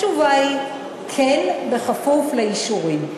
התשובה היא כן, בכפוף לאישורים.